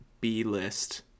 B-list